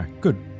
good